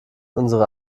unsere